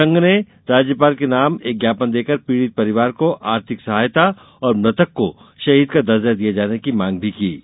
संघ ने राज्यपाल के नाम एक ज्ञापन देकर पीड़ित परिवार को आर्थिक सहायता और मृतक को शहीद का दर्जा दिये जाने की मांग की है